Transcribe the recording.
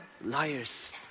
liars